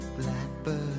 blackbird